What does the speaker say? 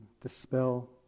dispel